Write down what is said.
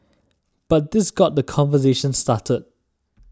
but this got the conversation started